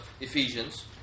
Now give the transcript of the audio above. Ephesians